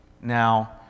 Now